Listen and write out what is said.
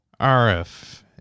RF